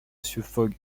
fogg